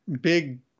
big